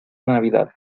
navidad